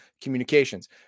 communications